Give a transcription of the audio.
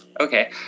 Okay